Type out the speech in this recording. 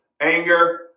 Anger